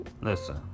Listen